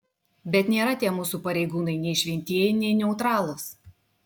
bet nėra tie mūsų pareigūnai nei šventieji nei neutralūs